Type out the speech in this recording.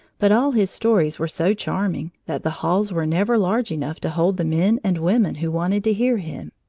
but all his stories were so charming that the halls were never large enough to hold the men and women who wanted to hear him.